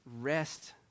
rest